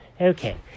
Okay